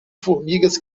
formigas